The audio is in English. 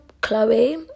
Chloe